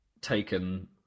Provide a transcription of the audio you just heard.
taken